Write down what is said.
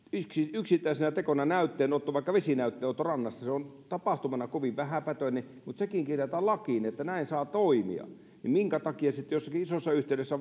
yksittäisenä tekona näytteenotto vaikka vesinäytteenotto rannassa on tapahtumana kovin vähäpätöinen mutta sekin kirjataan lakiin että näin saa toimia minkä takia sitten jossakin isossa yhteydessä